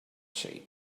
shape